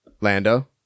lando